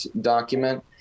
document